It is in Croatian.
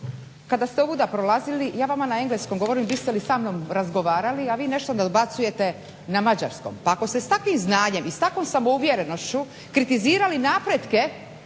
Kada ste ovuda prolazili ja vama na engleskom govorim biste li sa mnom razgovarali, a vi nešto dobacujete na mađarskom. Pa ako ste s takvim znanjem i s takvom samouvjerenošću kritizirali napretke